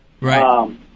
Right